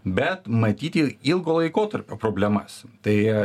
bet matyti ilgo laikotarpio problemas tai